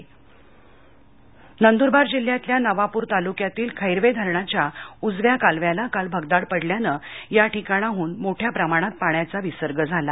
कालवा नंदुरबार जिल्ह्यातल्या नवापुर तालुक्यातील खैरवेधरणाच्या उजव्या कालव्याला काल भगदाड पडल्याने या ठिकाणाडून मोठ्या प्रमाणातपाण्याचा विसर्ग झाला